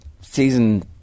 season